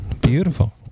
beautiful